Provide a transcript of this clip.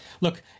Look